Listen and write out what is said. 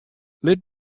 lit